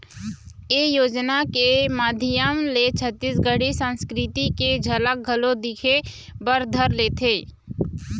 ए योजना के माधियम ले छत्तीसगढ़ी संस्कृति के झलक घलोक दिखे बर धर लेथे